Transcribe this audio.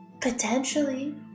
potentially